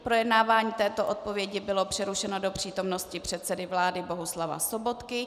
Projednávání této odpovědi bylo přerušeno do přítomnosti předsedy vlády Bohuslava Sobotky.